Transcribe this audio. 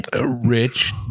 Rich